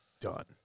Done